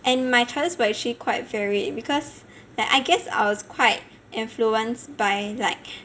and my chances were actually quite varied because like I guess I was quite influenced by like